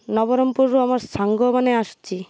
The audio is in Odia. ନବରଙ୍ଗପୁରରୁ ଆମର୍ ସାଙ୍ଗମାନେ ଆସୁଛି